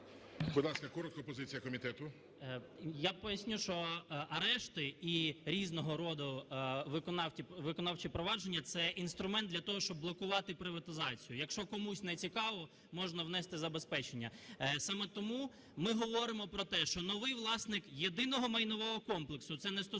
Я поясню, що арешти і різного роду виконавчі провадження – це інструмент для того, щоб блокувати приватизацію. Якщо комусь нецікаво – можна внести забезпечення. Саме тому ми говоримо про те, що новий власник єдиного майнового комплексу, це не стосується